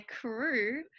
crew